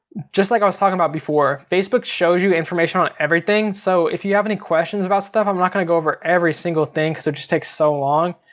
just like i was talking about before, facebook shows you information on everything. so if you have any questions about stuff, i'm not gonna go over every single thing, cause it just takes so long.